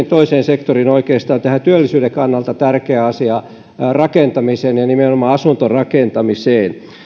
toiseen sektoriin oikeastaan tähän työllisyyden kannalta tärkeään asiaan rakentamiseen ja nimenomaan asuntorakentamiseen